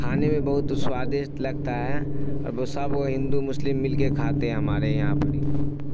کھانے میں بہت سوادشٹ لگتا ہے اور وہ سب ہندو مسلم مل کے کھاتے ہیں ہمارے یہاں پر ہی